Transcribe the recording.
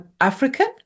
African